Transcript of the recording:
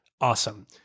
Awesome